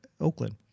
Oakland